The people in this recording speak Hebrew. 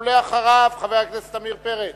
ואחריו, חבר הכנסת עמיר פרץ.